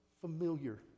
familiar